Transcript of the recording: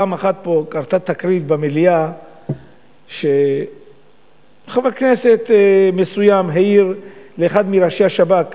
פעם אחת פה קרתה תקרית במליאה שחבר כנסת מסוים העיר לאחד מראשי השב"כ,